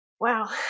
Wow